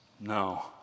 No